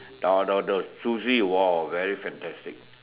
the the the sushi !wow! very fantastic